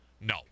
No